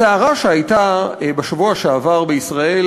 הסערה שהייתה בשבוע שעבר בישראל,